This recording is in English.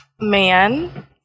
man